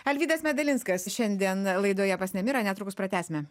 alvydas medalinskas šiandien laidoje pas nemirą netrukus pratęsime